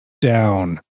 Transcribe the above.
down